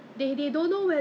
K_F_C 真的是 hor